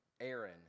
Aaron